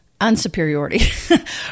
unsuperiority